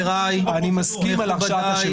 אני מסכים איתך.